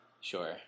sure